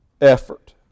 effort